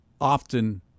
often